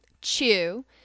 chew